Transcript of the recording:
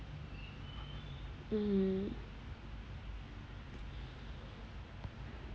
mm